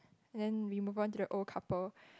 and then we move on to the old couple